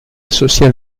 social